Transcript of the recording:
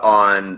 on